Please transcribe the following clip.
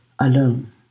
alone